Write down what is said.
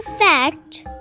fact